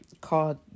called